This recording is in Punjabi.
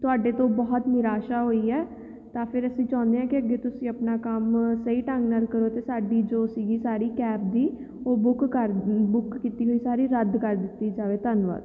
ਤੁਹਾਡੇ ਤੋਂ ਬਹੁਤ ਨਿਰਾਸ਼ਾ ਹੋਈ ਹੈ ਤਾਂ ਫਿਰ ਅਸੀਂ ਚਾਹੁੰਦੇ ਹਾਂ ਕਿ ਅੱਗੇ ਤੁਸੀਂ ਆਪਣਾ ਕੰਮ ਸਹੀ ਢੰਗ ਨਾਲ ਕਰੋ ਅਤੇ ਸਾਡੀ ਜੋ ਸੀਗੀ ਸਾਰੀ ਕੈਬ ਦੀ ਉਹ ਬੁੱਕ ਕਰ ਬੁੱਕ ਕੀਤੀ ਹੋਈ ਸਾਰੀ ਰੱਦ ਕਰ ਦਿੱਤੀ ਜਾਵੇ ਧੰਨਵਾਦ